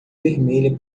vermelha